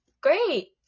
great